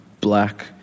black